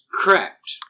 Correct